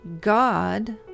God